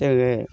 जोङो